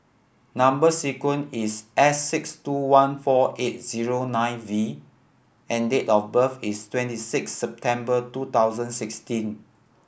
number sequence is S six two one four eight zero nine V and date of birth is twenty six September two thousand sixteen